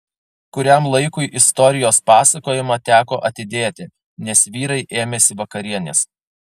kuriam laikui istorijos pasakojimą teko atidėti nes vyrai ėmėsi vakarienės